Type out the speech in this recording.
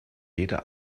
jede